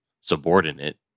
subordinate